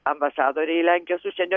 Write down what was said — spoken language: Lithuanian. ambasadorė į lenkijos užsienio